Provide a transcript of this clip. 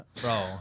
Bro